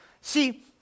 See